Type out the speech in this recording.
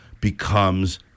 becomes